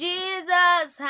Jesus